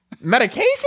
Medication